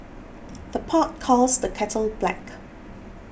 the pot calls the kettle black